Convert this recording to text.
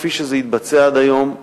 כפי שזה התבצע עד היום,